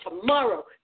tomorrow